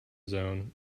zone